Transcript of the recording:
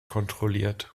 kontrolliert